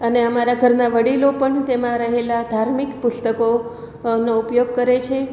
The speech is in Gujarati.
અને અમારા ઘરના વડીલો પણ તેમાં રહેલા ધાર્મિક પુસ્તકો નો ઉપયોગ કરે છે